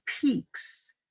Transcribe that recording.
peaks